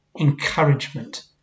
encouragement